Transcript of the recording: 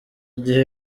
gihe